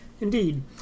Indeed